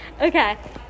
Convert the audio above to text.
okay